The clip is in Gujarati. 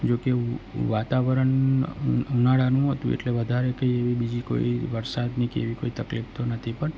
જોકે ઉ વાતાવરણ ઉનાળાનું હતું એટલે વધારે કંઈ એવી બીજી કોઈ વરસાદની કે એવી કોઈ તકલીફ તો નહતી પણ